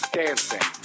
dancing